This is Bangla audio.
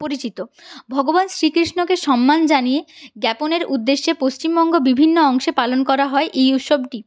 ভগবান শ্রী কৃষ্ণকে সম্মান জানিয়ে জ্ঞাপনের উদ্দেশ্যে পশ্চিমবঙ্গ বিভিন্ন অংশে পালন করা হয় এই উৎসবটি